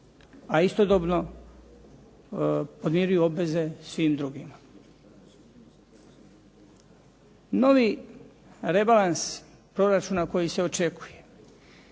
a istodobno podmiruju obveze svim drugima. Novi rebalans proračuna koji se očekuje